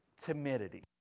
timidity